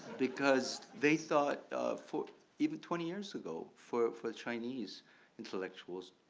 because they thought for even twenty years ago for for chinese intellectuals,